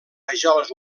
rajoles